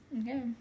Okay